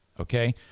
okay